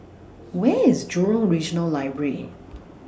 Where IS Jurong Regional Library